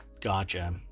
Gotcha